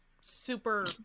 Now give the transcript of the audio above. super